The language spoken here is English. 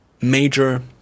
major